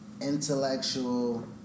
intellectual